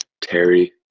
Terry